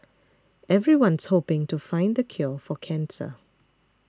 everyone's hoping to find the cure for cancer